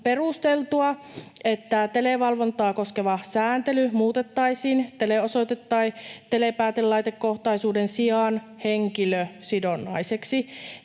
perusteltua, että televalvontaa koskeva sääntely muutettaisiin teleosoite- tai telepäätelaitekohtaisuuden sijaan henkilösidonnaiseksi.